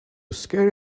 scare